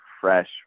fresh